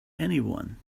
anyone